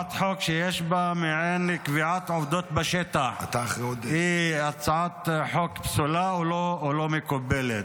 הצעת חוק שיש בה מעין קביעת עובדות בשטח היא הצעת חוק פסולה ולא מקובלת.